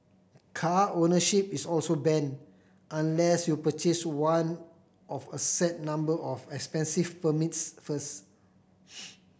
car ownership is also banned unless you purchase one of a set number of expensive permits first